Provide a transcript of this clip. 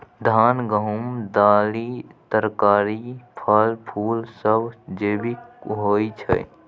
धान, गहूम, दालि, तरकारी, फल, फुल सब जैविक होई छै